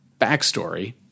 backstory